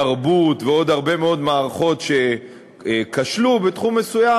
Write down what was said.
תרבות ועוד הרבה מאוד מערכות שכשלו בתחום מסוים,